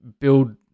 build